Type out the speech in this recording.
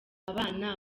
abana